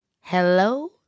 Hello